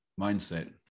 mindset